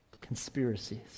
conspiracies